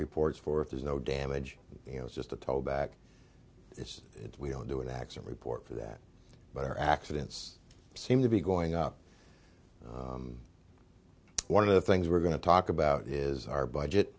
reports for if there's no damage you know it's just a toll back it's it we don't do it acts and report for that but our accidents seem to be going up one of the things we're going to talk about is our budget